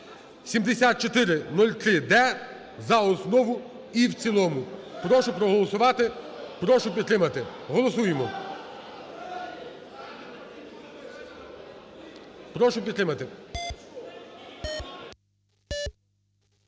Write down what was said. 7403-д за основу і в цілому. Прошу проголосувати, прошу підтримати. Голосуємо. Прошу підтримати.